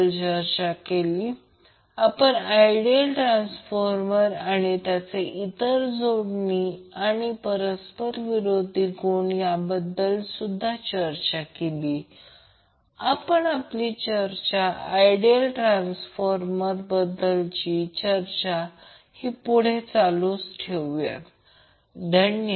तर याचा अर्थ आपल्याला हे समीकरण मिळाले की ω2 ω0 ही एक किंवा या गोष्टीला ज्याला Q0 म्हणतात Q0 देखील ω0 BW असे लिहिले जाऊ शकते जे बँडविड्थ आणि BW ω2 ω1 आहे